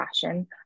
fashion